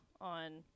on